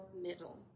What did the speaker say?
middle